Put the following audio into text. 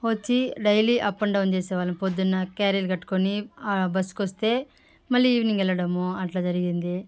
వొచ్చి daily up and down చేసే వాళ్ళము పొద్దున్న క్యారీలు కట్టుకొని ఆ బస్కొస్తే మళ్లీ ఈవినింగ్ ఎళ్ళడము అట్ల జరిగింది